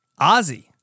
Ozzy